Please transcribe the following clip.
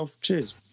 Cheers